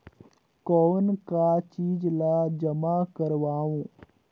कौन का चीज ला जमा करवाओ?